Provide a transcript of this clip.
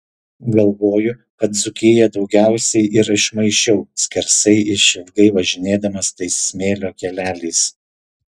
galvoju kad dzūkiją daugiausiai ir išmaišiau skersai išilgai važinėdamas tais smėlio keleliais